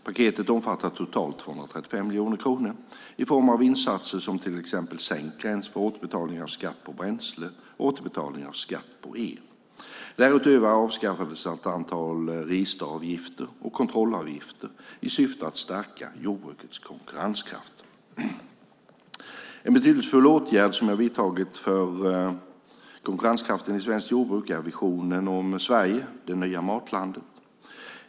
Paketet omfattar totalt 235 miljoner kronor i form av insatser som till exempel sänkt gräns för återbetalning av skatt på bränsle och återbetalning av skatt på el. Därutöver avskaffades ett antal registeravgifter och kontrollavgifter i syfte att stärka jordbrukets konkurrenskraft. En betydelsefull åtgärd som jag har vidtagit för konkurrenskraften i svenskt jordbruk är visionen om Sverige - det nya matlandet.